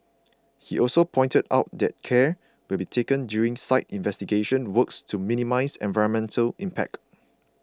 he also pointed out that care will be taken during site investigation works to minimise environmental impact